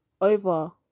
over